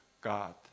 God